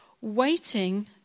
waiting